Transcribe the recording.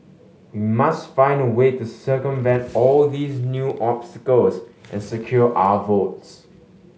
we must find a way to circumvent all these new obstacles and secure our votes